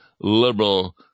liberal